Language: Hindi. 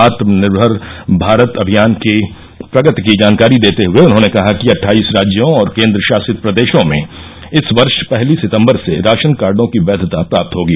आत्मनिर्मर भारत अभियान की प्रगति की जानकारी देते हए उन्हॉने कहा कि अटठाइस राज्यों और केन्द्रशासित प्रदेशों में इस वर्ष पहली सितम्बर से राशन कार्डो की वैघता प्राप्त होगी